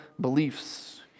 beliefs